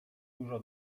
dużo